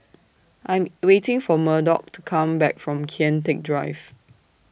I'm waiting For Murdock to Come Back from Kian Teck Drive